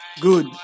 Good